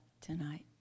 tonight